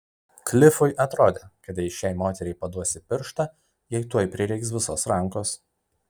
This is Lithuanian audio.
klifui atrodė kad jei šiai moteriai paduosi pirštą jai tuoj prireiks visos rankos